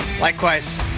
Likewise